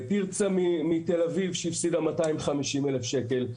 תרצה מתל אביב שהפסידה 250 אלף שקלים.